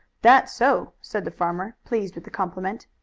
that's so! said the farmer, pleased with the compliment.